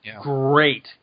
great